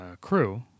crew